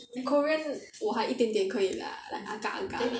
korean 我还一点点可以 lah like agar agar lah